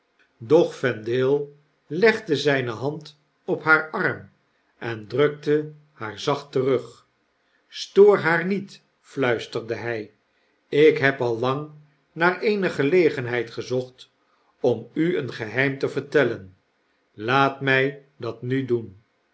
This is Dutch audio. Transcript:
doch vendaie legde zyne hand op haar arm en drukte haar zacht terug stoor haar niet fluisterde ny ik heb al lang naar eene gelegenheid gezocht om u een geheim te vertellen laat my dat nu doen